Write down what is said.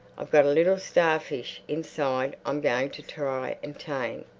i've got a little starfish inside i'm going to try and tame.